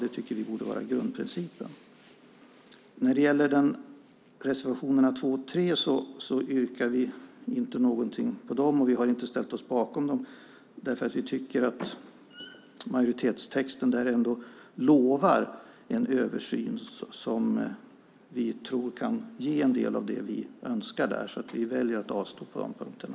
Det tycker vi borde vara grundprincipen. När det gäller reservationerna 2 och 3 yrkar vi inte bifall till dem. Vi har inte ställt oss bakom dem, för vi tycker att majoritetstexten ändå lovar en översyn som vi tror kan ge en del av det vi önskar. Därför väljer vi att avstå på de punkterna.